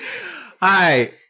Hi